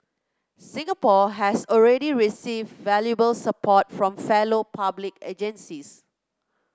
Singapore has already received valuable support from fellow public agencies